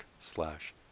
slash